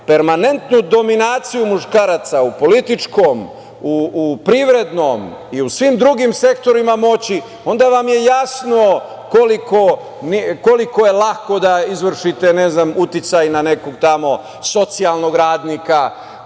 permanentnu dominaciju muškaraca u političkom, u privrednom i u svim drugim sektorima moći, onda vam je jasno koliko je lako da izvršite uticaj na nekog tamo socijalnog radnika